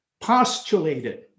postulated